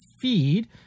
feed